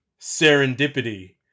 Serendipity